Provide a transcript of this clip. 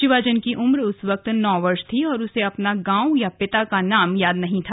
शीवाजन की उम्र उस समय नौ वर्ष थी और उसे अपने गांव या पिता का नाम याद नहीं था